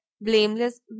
blameless